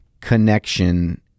connection